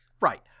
Right